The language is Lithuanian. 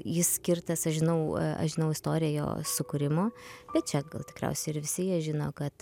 jis skirtas aš žinau aš žinau istoriją jo sukūrimo bet čia gal tikriausiai ir visi ją žino kad